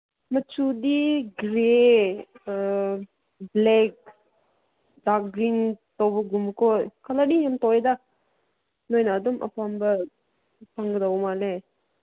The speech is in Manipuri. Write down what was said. ꯃꯆꯨꯗꯤ ꯒ꯭ꯔꯦ ꯕ꯭ꯂꯦꯛ ꯗꯥꯛ ꯒ꯭ꯔꯤꯟ ꯇꯧꯕꯒꯨꯝꯕꯀꯣ ꯀꯂꯔꯗꯤ ꯌꯥꯝ ꯇꯧꯋꯦꯗ ꯅꯣꯏꯅ ꯑꯗꯨꯝ ꯑꯄꯥꯝꯕ ꯐꯪꯒꯗꯧꯕ ꯃꯥꯜꯂꯦ